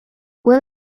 will